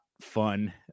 fun